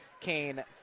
Kane